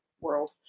world